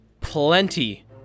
plenty